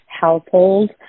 household